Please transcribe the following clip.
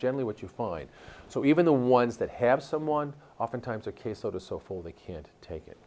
generally what you find so even the ones that have someone oftentimes a case so to so full they can't take it